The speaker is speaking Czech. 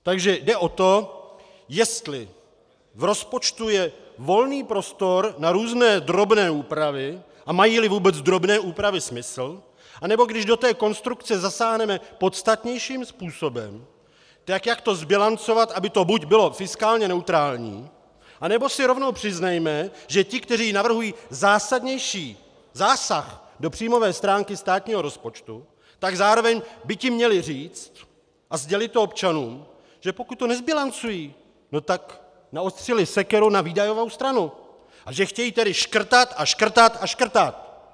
Takže jde o to, jestli v rozpočtu je volný prostor na různé drobné úpravy a majíli vůbec drobné úpravy smysl, anebo když do té konstrukce zasáhneme podstatnějším způsobem, tak jak to zbilancovat, aby to buď bylo fiskálně neutrální, anebo si rovnou přiznejme, že ti, kteří navrhují zásadnější zásah do příjmové stránky státního rozpočtu, tak zároveň by měli říct a sdělit občanům, že pokud to nezbilancují, tak naostřili sekyru na výdajovou stranu, a že chtějí tedy škrtat a škrtat a škrtat!